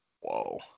Whoa